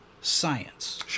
science